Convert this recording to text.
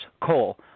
Coal